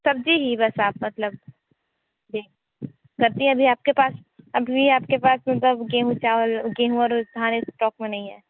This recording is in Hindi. सब्ज़ी ही बस आप मतलब जी सब्ज़ी अभी आप के पास अभी भी आप के पास मतलब गेहूं चावल गेहूं और धान स्टॉक में नहीं है